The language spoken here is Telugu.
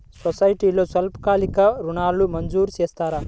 సొసైటీలో స్వల్పకాలిక ఋణాలు మంజూరు చేస్తారా?